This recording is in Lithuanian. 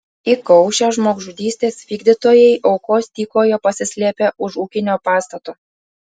įkaušę žmogžudystės vykdytojai aukos tykojo pasislėpę už ūkinio pastato